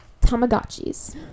tamagotchis